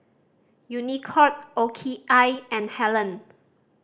Unicurd O K I and Helen